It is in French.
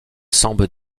semble